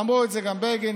אמרו את זה גם בגין,